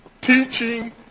teaching